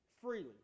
freely